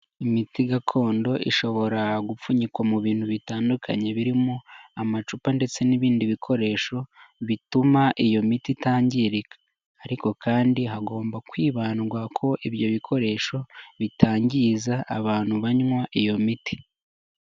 Imiti gakondo ishobora gupfunyikwa mu bintu bitandukanye birimo amacupa ndetse n'ibindi bikoresho bituma iyo miti itangirika. Ariko kandi hagomba kwibandwa ko ibyo bikoresho bitangiza abantu banywa iyo miti.